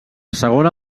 segona